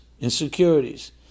insecurities